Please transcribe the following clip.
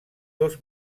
dos